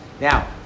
Now